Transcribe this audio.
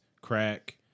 crack